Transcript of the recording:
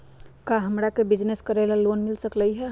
का हमरा के बिजनेस करेला लोन मिल सकलई ह?